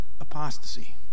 apostasy